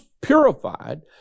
purified